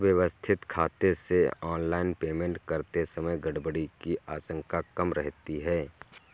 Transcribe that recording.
व्यवस्थित खाते से ऑनलाइन पेमेंट करते समय गड़बड़ी की आशंका कम रहती है